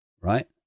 right